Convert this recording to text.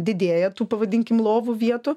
didėja tų pavadinkim lovų vietų